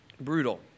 Brutal